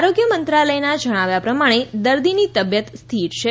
આરોગ્ય મંત્રાલયનાં જણાવ્યા પ્રમાણે દર્દીની તબિયત સ્થિર છે